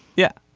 yeah.